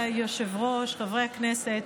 ברשות היושב-ראש, חברי הכנסת,